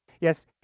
Yes